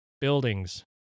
buildings